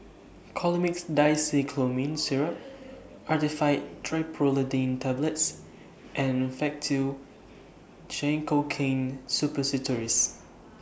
Colimix Dicyclomine Syrup Actifed Triprolidine Tablets and Faktu Cinchocaine Suppositories